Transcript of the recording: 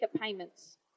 payments